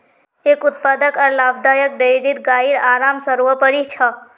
एक उत्पादक आर लाभदायक डेयरीत गाइर आराम सर्वोपरि छ